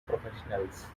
professionals